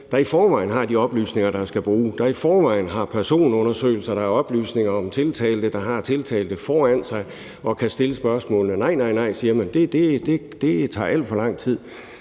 der i forvejen har de oplysninger, der skal bruges, der i forvejen har personundersøgelser, der har oplysninger om tiltalte, der har tiltalte foran sig og kan stille spørgsmålene. Nej, nej, siger man, det tager alt for lang tid.